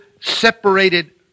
separated